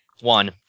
One